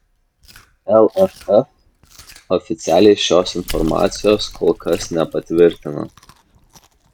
lff oficialiai šios informacijos kol kas nepatvirtina